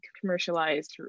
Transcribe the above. commercialized